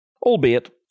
Albeit